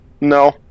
No